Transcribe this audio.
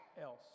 else